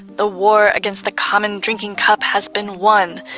the war against the common drinking cup has been won.